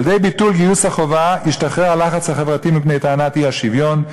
על-ידי ביטול גיוס החובה ישתחרר הלחץ החברתי מפני טענת האי-שוויון,